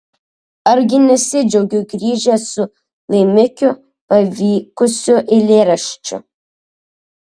argi nesidžiaugiu grįžęs su laimikiu pavykusiu eilėraščiu